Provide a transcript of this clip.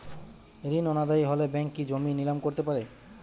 ঋণ অনাদায়ি হলে ব্যাঙ্ক কি জমি নিলাম করতে পারে?